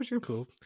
Cool